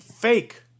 fake